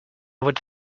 would